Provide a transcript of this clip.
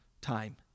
time